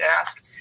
ask